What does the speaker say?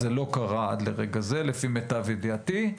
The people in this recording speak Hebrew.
זה לא קרה עד לרגע זה לפי מיטב ידיעתי,